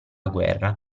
guerra